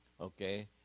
okay